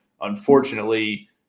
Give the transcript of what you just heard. unfortunately